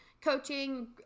coaching